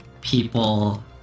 people